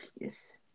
Yes